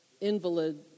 invalid